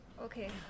Okay